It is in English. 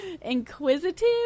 inquisitive